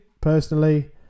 personally